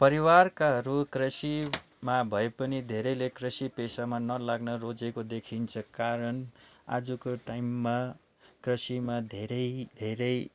परिवारकाहरू कृषिमा भए पनि धेरैले कृषि पेसामा नलाग्न रोजेको देखिन्छ कारण आजको टाइममा कृषिमा धेरै धेरै